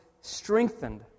strengthened